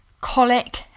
colic